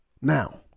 Now